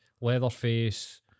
Leatherface